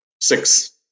Six